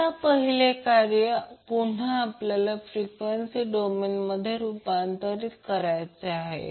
आता पहिले कार्य पुन्हा आपल्याला फ्रिक्वेंसी डोमेनमध्ये रूपांतर करणे आहे